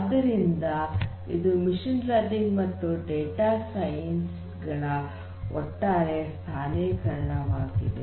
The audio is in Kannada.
ಆದ್ದರಿಂದ ಇದು ಮಷೀನ್ ಲರ್ನಿಂಗ್ ಮತ್ತು ಡೇಟಾ ಸೈನ್ಸ್ ಗಳ ಒಟ್ಟಾರೆ ಸ್ಥಾನೀಕರಣವಾಗಿದೆ